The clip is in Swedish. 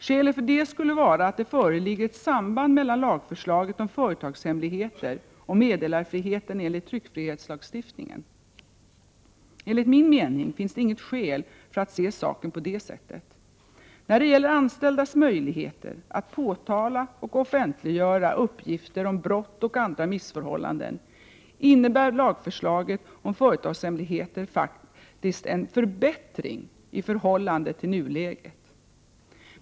Skälet härför skulle vara att det föreligger ett samband mellan lagförslaget om företagshemligheter och meddelarfriheten enligt tryckfrihetslagstiftningen. Enligt min mening finns det inget skäl för att se saken på det sättet. När det gäller anställdas möjligheter att påtala och offentliggöra uppgifter om brott och andra missförhållanden innebär lagförslaget om företagshemligheter faktiskt en förbättring i förhållande till nuläget.